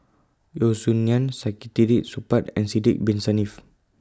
Yeo Song Nian Saktiandi Supaat and Sidek Bin Saniff